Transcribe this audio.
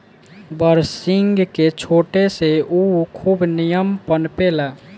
बरसिंग के छाटे से उ खूब निमन पनपे ला